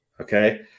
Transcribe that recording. Okay